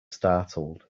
startled